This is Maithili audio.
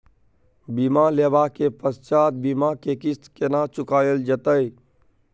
बीमा लेबा के पश्चात बीमा के किस्त केना चुकायल जेतै?